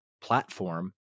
platform